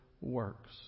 works